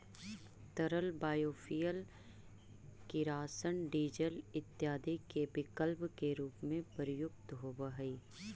तरल बायोफ्यूल किरासन, डीजल इत्यादि के विकल्प के रूप में प्रयुक्त होवऽ हई